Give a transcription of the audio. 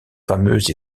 fameuse